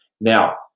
Now